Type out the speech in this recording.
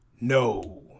No